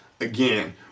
Again